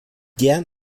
gern